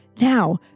Now